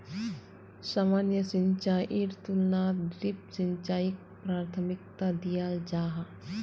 सामान्य सिंचाईर तुलनात ड्रिप सिंचाईक प्राथमिकता दियाल जाहा